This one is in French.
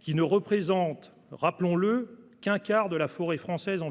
qui représente- rappelons-le -seulement un quart environ de la forêt française.